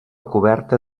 coberta